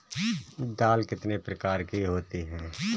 दाल कितने प्रकार की होती है?